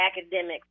academic